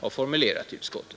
och min reservation.